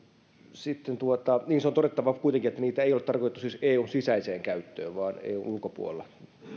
se on todettava kuitenkin että niitä ei ole tarkoitettu siis eun sisäiseen käyttöön vaan eun ulkopuolella